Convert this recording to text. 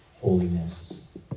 holiness